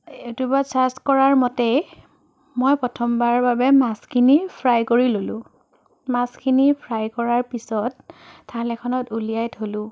ইউটিউবত চাৰ্চ কৰাৰ মতেই মই প্ৰথমবাৰৰ বাবে মাছখিনি ফ্ৰাই কৰি ললোঁ মাছখিনি ফ্ৰাই কৰাৰ পিছত থাল এখনত উলিয়াই থলোঁ